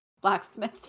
blacksmith